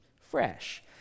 fresh